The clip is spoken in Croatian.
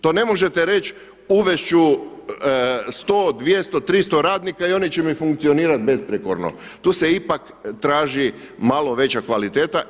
To ne možete reći uvest ću 100, 200, 300 radnika i oni će mi funkcionirati besprijekorno, tu se ipak traži malo veća kvaliteta.